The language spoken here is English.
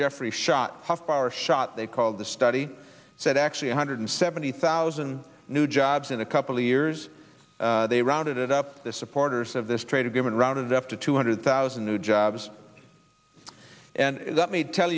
jeffrey shot off our shot they called the study said actually a hundred seventy thousand new jobs in a couple of years they rounded up the supporters of this trade agreement rounded up to two hundred thousand new jobs and let me tell